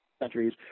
countries